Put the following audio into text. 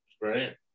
Right